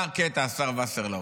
--- תשמע קטע, השר וסרלאוף.